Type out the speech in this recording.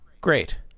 great